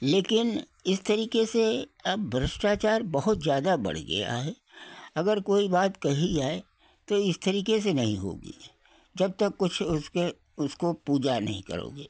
लेकिन इस तरीके से अब भ्रष्टाचार बहुत ज़्यादा बढ़ गया है अगर कोई बात कही जाए तो इस तरीके से नहीं होगी जब तक कुछ उसके उसको पूजा नहीं करोगे